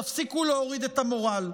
תפסיקו להוריד את המורל.